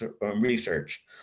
research